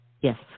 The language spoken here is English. Yes